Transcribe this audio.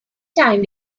time